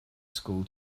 school